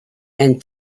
and